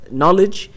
knowledge